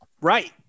Right